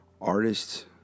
artists